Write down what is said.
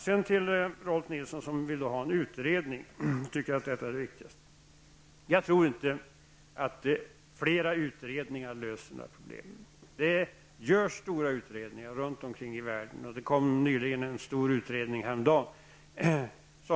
Sedan vänder jag mig till Rolf Nilson, som tycker att det viktigaste är att få till stånd en utredning. Jag tror inte att flera utredningar löser några problem. Det görs stora utredningar runt om i världen. Det kom en stor utredning häromdagen där